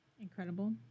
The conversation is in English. Incredible